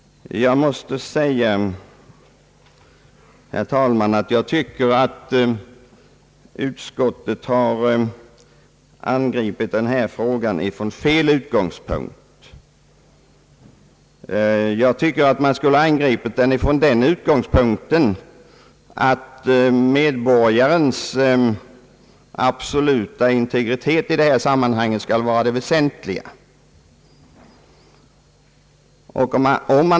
Jag tycker, herr talman, att utskottet har angripit denna fråga från fel utgångspunkt. Utskottet skulle ha angripit den från den utgångspunkten att medborgarens absoluta integritet är det väsentliga.